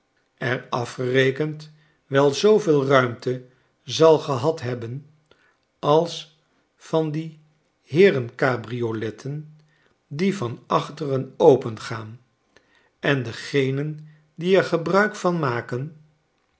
er afgerekend wel zooveel ruimte zal gehad hebben als van die heerencabrioletten die van achteren opengaan en degenen die er gebruik van maken